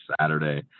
Saturday